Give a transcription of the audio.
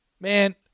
man